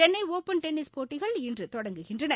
Chennai open tennis போட்டிகள் இன்று தொடங்குகின்றன